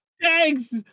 thanks